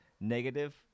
negative